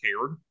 cared